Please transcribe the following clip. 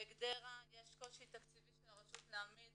בגדרה יש קושי תקציבי של הרשות להעמיד